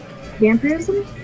Vampirism